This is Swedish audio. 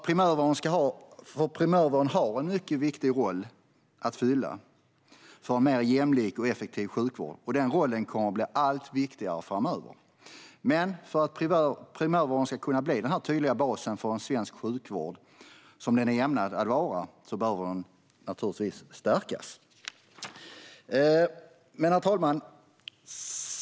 Primärvården har en mycket viktig roll att fylla för en mer jämlik och effektiv sjukvård, och den rollen kommer att bli allt viktigare framöver. Men för att primärvården ska kunna bli den här tydliga basen för svensk sjukvård som den är ämnad att vara behöver den naturligtvis stärkas. Herr talman!